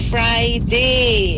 Friday